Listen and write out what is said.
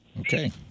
Okay